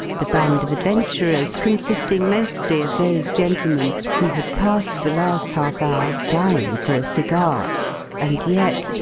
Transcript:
the band of adventurers consisting mostly of those gentlemen who had passed the last half-hour dying for a cigar and yet,